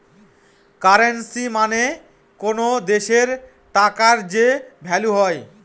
currency মানে কোনো দেশের টাকার যে ভ্যালু হয়